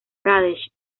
pradesh